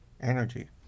energy